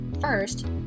First